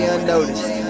Unnoticed